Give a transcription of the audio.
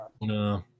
No